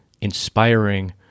inspiring